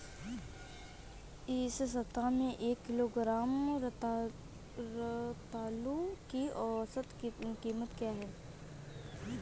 इस सप्ताह में एक किलोग्राम रतालू की औसत कीमत क्या है?